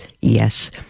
Yes